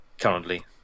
currently